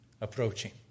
approaching